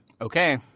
Okay